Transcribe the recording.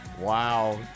Wow